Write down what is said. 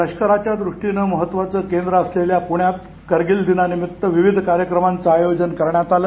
लष्कराच्या द्रष्टीनं महत्वाचं केंद्र असलेल्या पुण्यात करगिल दिनानिमित्त विविध कार्यक्रमांचं आयोजन करण्यात आलं